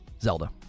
Zelda